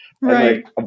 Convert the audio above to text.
Right